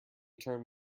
term